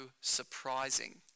surprising